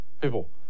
People